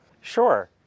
Sure